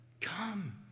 Come